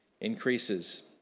increases